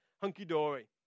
hunky-dory